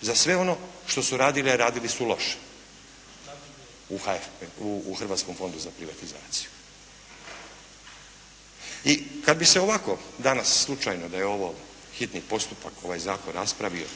za sve ono što su radili a radili su loše u Hrvatskom fondu za privatizaciju. I kada bi se ovako, danas slučajno da je ovo hitni postupak, ovaj Zakon, raspravio